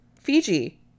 Fiji